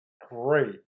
great